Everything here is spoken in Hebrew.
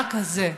המענק הזה,